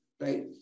right